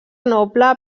noble